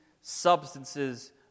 substances